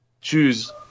choose